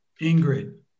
Ingrid